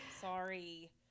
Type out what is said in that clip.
Sorry